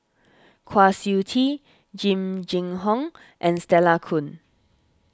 Kwa Siew Tee Jing Jun Hong and Stella Kon